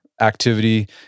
activity